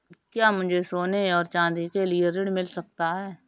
क्या मुझे सोने और चाँदी के लिए ऋण मिल सकता है?